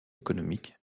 économiques